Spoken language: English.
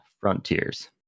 Frontiers